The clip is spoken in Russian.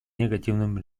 негативным